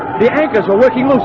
the anchors were working.